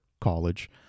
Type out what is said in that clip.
college